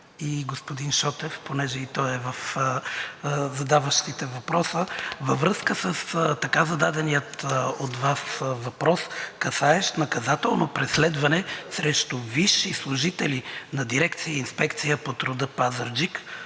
и господин Шотев, понеже и той е в задаващите въпроса, във връзка с така зададения от Вас въпрос, касаещ наказателно преследване срещу висши служители на дирекция и Инспекция по труда – Пазарджик,